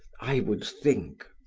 i would think